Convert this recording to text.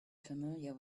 familiar